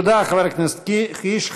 תודה, חבר הכנסת קיש.